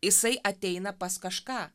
jisai ateina pas kažką